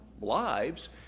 lives